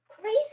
crazy